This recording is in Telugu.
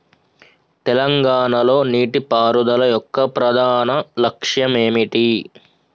తెలంగాణ లో నీటిపారుదల యొక్క ప్రధాన లక్ష్యం ఏమిటి?